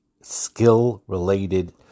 skill-related